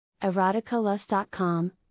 Eroticalust.com